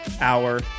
hour